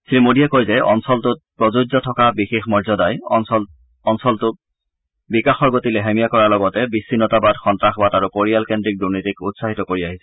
শ্ৰীমোদীয়ে কয় যে অঞ্চলটোত প্ৰযোজ্য থকা বিশেষ মৰ্যদাই অঞ্চলটোত বিকাশৰ গতি লেহেমীয়া কৰাৰ লগতে বিচ্ছিন্নতাবাদ সন্তাসবাদ আৰু পৰিয়ালকেন্দ্ৰিক দুৰ্নীতিক উৎসাহিত কৰি আহিছিল